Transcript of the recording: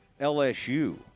LSU